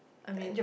I mean